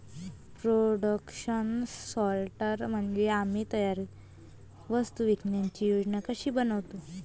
production सॉर्टर म्हणजे आम्ही तयार वस्तू विकण्याची योजना कशी बनवतो